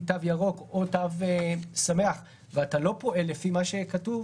תו ירוק או תו שמח ואתה לא פועל לפי מה שכתוב